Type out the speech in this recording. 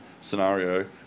scenario